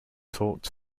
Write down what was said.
talked